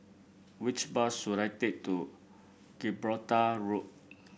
which bus should I take to Gibraltar Road